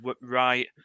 right